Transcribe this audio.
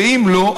ואם לא,